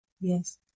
Yes